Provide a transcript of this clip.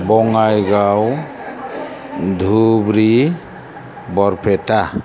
Bongaigaon Dhubri Barpeta